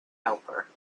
helper